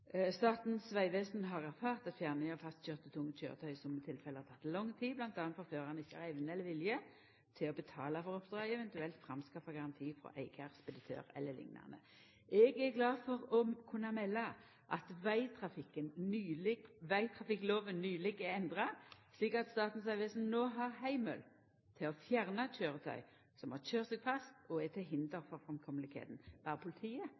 Statens vegvesen har erfart at fjerning av fastkøyrde tunge køyretøy i somme tilfelle har teke lang tid, bl.a. fordi førarane ikkje har evne eller vilje til å betala for oppdraget, eventuelt framskaffa garanti frå eigar, speditør e.l. Eg er glad for å kunna melda at vegtrafikkloven nyleg er endra, slik at Statens vegvesen no har heimel til å fjerna køyretøy som har køyrt seg fast og er til hinder for framkoma. Berre politiet